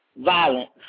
violence